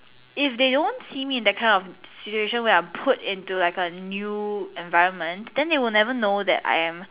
if they don't see me in that kind of situation where I'm put in a new environment then they'll never know that I'm